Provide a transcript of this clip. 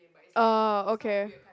uh okay